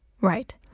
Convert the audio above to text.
Right